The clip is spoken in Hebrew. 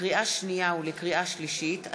לקריאה שנייה ולקריאה שלישית,